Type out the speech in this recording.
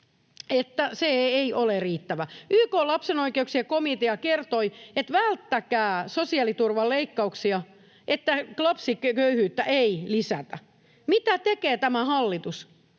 se ei ole riittävä. YK:n lapsen oikeuksien komitea kertoi, että välttäkää sosiaaliturvan leikkauksia, että lapsiköyhyyttä ei lisätä. Mitä tekee tämä hallitus?